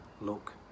look